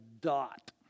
dot